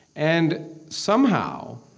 and somehow,